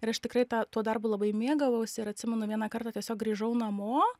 ir aš tikrai tą tuo darbu labai mėgavausi ir atsimenu vieną kartą tiesiog grįžau namo